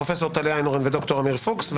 פרופ' טליה איינהורן וד"ר עמיר פוקס,